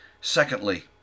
Secondly